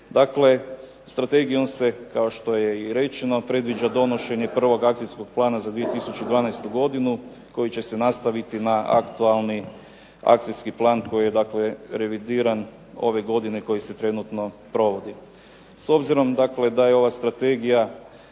Dakle strategijom, kao što je i rečeno, predviđa donošenje prvog akcijskog plana za 2012. godinu, koji će se nastaviti na aktualni akcijski plan koji je dakle revidiran ove godine, koji se trenutno provodi. S obzirom dakle da je ova strategija